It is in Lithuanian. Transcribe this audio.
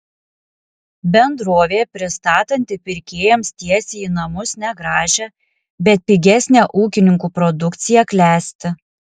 bendrovė pristatanti pirkėjams tiesiai į namus negražią bet pigesnę ūkininkų produkciją klesti